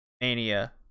Mania